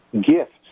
gifts